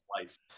life